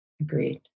Agreed